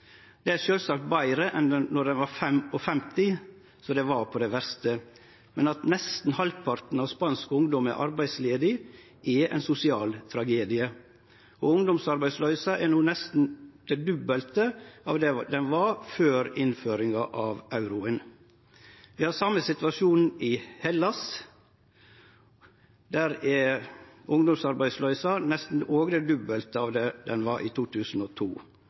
Det er sjølvsagt betre enn då ho var på 55 pst., som ho var på det verste. At nesten halvparten av spansk ungdom er arbeidsledig, er ein sosial tragedie. Ungdomsarbeidsløysa er no nesten det dobbelte av det ho var før innføringa av euroen. Vi har den same situasjonen i Hellas. Der er òg ungdomsarbeidsløysa nesten det dobbelte av det ho var i 2002.